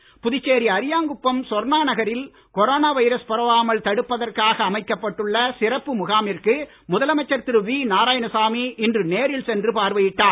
நாராயணசாமி புதுச்சேரி அரியாங்குப்பம் சொர்ணா நகரில் corona virus பரவாமல் தடுப்பதற்காக அமைக்கப்பட்டுள்ள சிறப்பு முகாமிற்கு முதலமைச்சர் திரு வி நாராயணசாமி இன்று நேரில் சென்று பார்வையிட்டார்